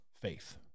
faith